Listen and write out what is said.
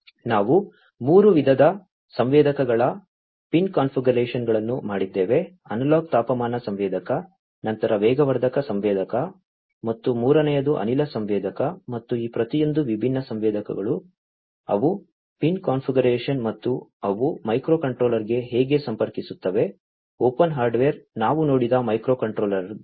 ನಾವು 3 ವಿಧದ ಸಂವೇದಕಗಳ ಪಿನ್ ಕಾನ್ಫಿಗರೇಶನ್ಗಳನ್ನು ನೋಡಿದ್ದೇವೆ ಅನಲಾಗ್ ತಾಪಮಾನ ಸಂವೇದಕ ನಂತರ ವೇಗವರ್ಧಕ ಸಂವೇದಕ ಮತ್ತು ಮೂರನೆಯದು ಅನಿಲ ಸಂವೇದಕ ಮತ್ತು ಈ ಪ್ರತಿಯೊಂದು ವಿಭಿನ್ನ ಸಂವೇದಕಗಳು ಅವು ಪಿನ್ ಕಾನ್ಫಿಗರೇಶನ್ ಮತ್ತು ಅವು ಮೈಕ್ರೋಕಂಟ್ರೋಲರ್ಗಳಿಗೆ ಹೇಗೆ ಸಂಪರ್ಕಿಸುತ್ತವೆ ಓಪನ್ ಹಾರ್ಡ್ವೇರ್ ನಾವು ನೋಡಿದ ಮೈಕ್ರೋಕಂಟ್ರೋಲರ್ಗಳು